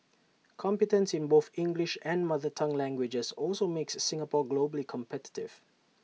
competence in both English and mother tongue languages also makes Singapore globally competitive